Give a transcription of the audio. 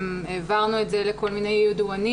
העברנו את זה לכל מיני ידוענים